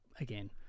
again